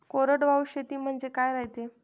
कोरडवाहू शेती म्हनजे का रायते?